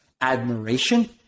admiration